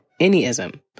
anyism